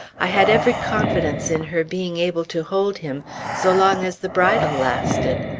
i had every confidence in her being able to hold him so long as the bridle lasted.